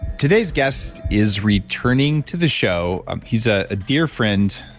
today's guest is returning to the show. ah he's ah a dear friend.